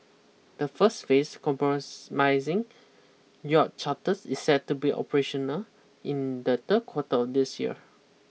the first phase compromising yacht charters is set to be operational in the third quarter of this year